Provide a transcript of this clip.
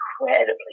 incredibly